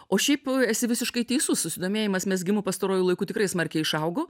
o šiaip esi visiškai teisus susidomėjimas mezgimu pastaruoju laiku tikrai smarkiai išaugo